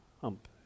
hump